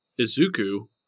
izuku